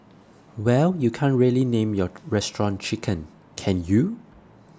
well you can't really name your restaurant 'Chicken' can you